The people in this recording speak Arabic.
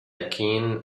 كين